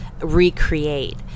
recreate